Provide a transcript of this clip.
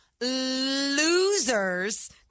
losers